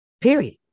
Period